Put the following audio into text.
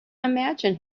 imagine